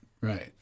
right